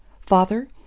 Father